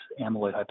amyloid